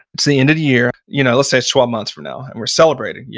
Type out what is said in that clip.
it's the end of the year. you know let's say it's twelve months from now and we're celebrating. yeah